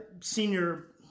senior